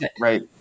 right